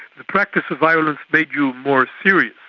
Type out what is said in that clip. the practice of violence made you more serious,